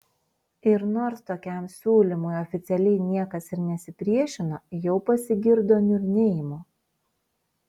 ir nors tokiam siūlymui oficialiai niekas ir nesipriešino jau pasigirdo niurnėjimų